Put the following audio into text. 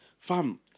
fam